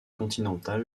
continental